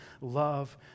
love